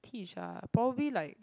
teach ah probably like